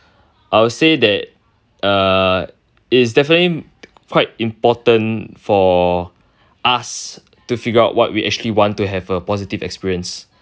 I'll say that uh it's definitely quite important for us to figure out what we actually want to have a positive experience